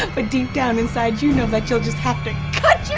ah but deep down inside you know that you'll just have to cut